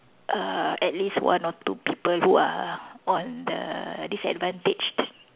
uh at least one or two people who are on the disadvantaged